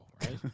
right